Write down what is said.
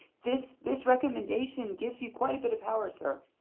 this this recommendation gives you quite a bit of power, sir.